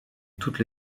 toutes